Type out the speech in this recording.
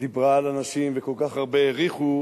דיברה על הנשים וכל כך הרבה האריכו,